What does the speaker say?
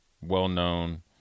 well-known